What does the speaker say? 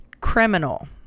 Criminal